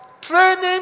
training